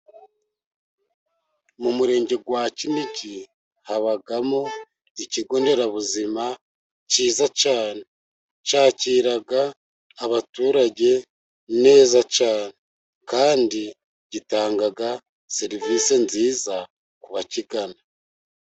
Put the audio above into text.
Umurenge wa kinigi habamo ikigo nderabuzima cyiza cyane, cyakira abaturage neza cyane, kandi gitanga serivise nziza ku bakigana.